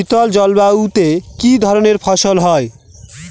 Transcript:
শীতল জলবায়ুতে কি ধরনের ফসল হয়?